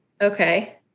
Okay